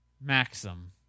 maxim